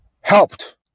helped